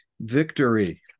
victory